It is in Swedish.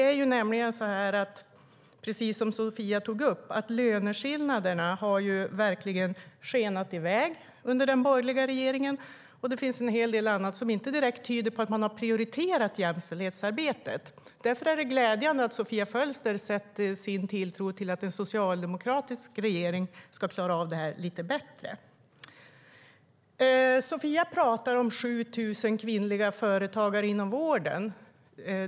Precis som Sofia Fölster tog upp har löneskillnaderna skenat iväg under den borgerliga regeringen, och det finns en hel del annat som inte direkt tyder på att man har prioriterat jämställdhetsarbetet. Därför är det glädjande att Sofia Fölster sätter sin tilltro till att en socialdemokratisk regering ska klara av det lite bättre. Sofia Fölster pratar om 7 000 kvinnliga företagare inom vården.